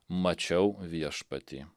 mačiau viešpatį